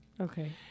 Okay